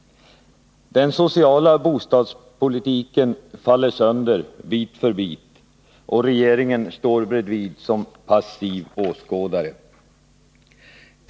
Den sociala bostadspolitiken faller sönder bit för bit, och regeringen står bredvid som passiv åskådare.